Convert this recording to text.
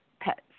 pets